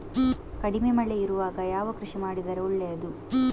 ಕಡಿಮೆ ಮಳೆ ಇರುವಾಗ ಯಾವ ಕೃಷಿ ಮಾಡಿದರೆ ಒಳ್ಳೆಯದು?